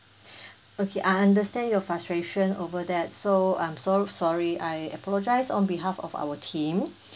okay I understand your frustration over that so I'm so sorry I apologise on behalf of our team